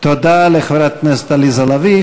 תודה לחברת הכנסת עליזה לביא.